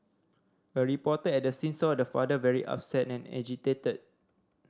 a reporter at the scene saw the father very upset and agitated